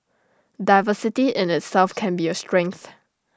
diversity in itself can be A strength